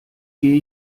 gehe